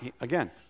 Again